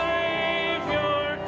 Savior